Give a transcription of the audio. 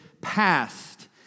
past